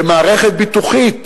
במערכת ביטוחית,